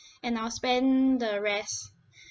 and I will spend the rest